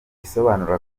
isobanura